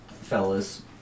fellas